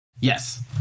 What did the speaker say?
Yes